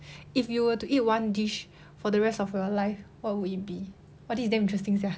if you were to eat one dish for the rest of your life what would it be !wah! this is damn interesting sia